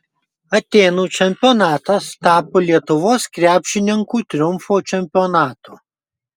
atėnų čempionatas tapo lietuvos krepšininkų triumfo čempionatu